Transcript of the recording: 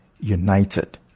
United